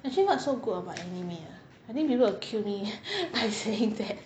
actually what's so good about anime ah I think people will kill me I saying that